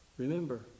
Remember